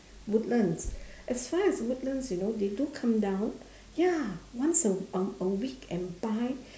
woodlands as far as woodlands you know they do come down ya once a a a week and buy